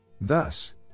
Thus